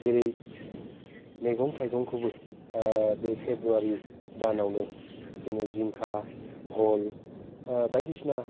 जेरै मैगं थाइगंखौबो बे फेब्रुवारी दानावनो जोङो जिंखा भल बायदिसिना